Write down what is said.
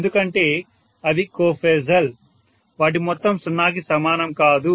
ఎందుకంటే అవి కో ఫాసల్ వాటి మొత్తం 0 కి సమానం కాదు